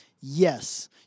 Yes